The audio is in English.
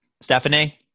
Stephanie